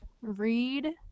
read